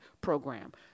program